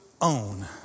own